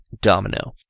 Domino